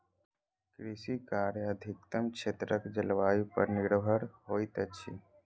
कृषि कार्य अधिकतम क्षेत्रक जलवायु पर निर्भर होइत अछि